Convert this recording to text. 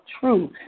truth